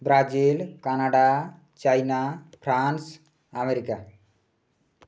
Brazil Canada China France America